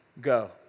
go